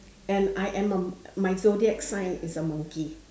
and I am a m~ zodiac sign is a monkey